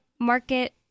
Market